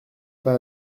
pas